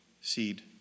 seed